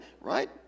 right